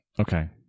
Okay